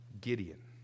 Gideon